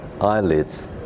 eyelids